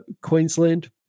Queensland